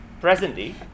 presently